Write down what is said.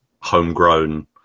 homegrown